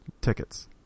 tickets